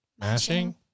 Mashing